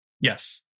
Yes